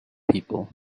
people